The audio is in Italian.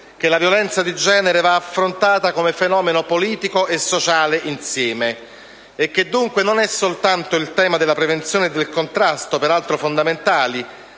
che la violenza di genere va affrontata come fenomeno politico e sociale insieme; e che dunque non è soltanto il tema della prevenzione e del contrasto, peraltro fondamentale,